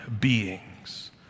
beings